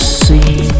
see